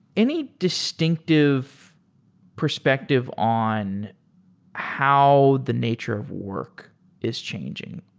any distinctive perspective on how the nature of work is changing?